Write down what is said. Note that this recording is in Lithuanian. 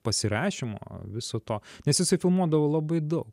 pasirašymo viso to nes jisai filmuodavo labai dau